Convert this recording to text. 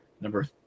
Number